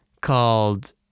called